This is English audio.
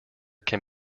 can